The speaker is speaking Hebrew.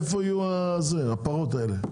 איפה יהיו הזה הפרות האלה?